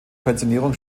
pensionierung